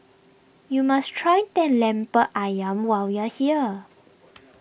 you must try the Lemper Ayam while you are here